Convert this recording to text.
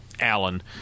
Allen